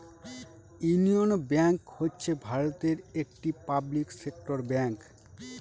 union Bank হচ্ছে ভারতের একটি পাবলিক সেক্টর ব্যাঙ্ক